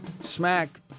Smack